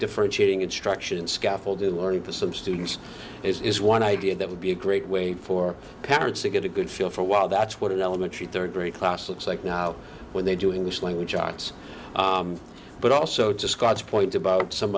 differentiating instruction in scaffolding learning for some students is one idea that would be a great way for parents to get a good feel for a while that's what an elementary third grade class looks like now when they do english language arts but also to scott's point about some